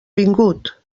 vingut